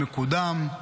מקודם.